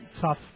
tough